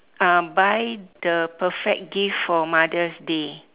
um buy the perfect gift for mother's day